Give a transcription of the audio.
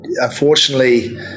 Unfortunately